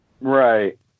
Right